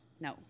No